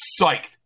psyched